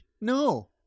No